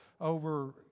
over